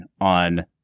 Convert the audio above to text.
on